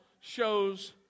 shows